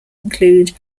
include